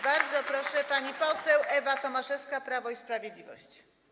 Bardzo proszę, pani poseł Ewa Tomaszewska, Prawo i Sprawiedliwość.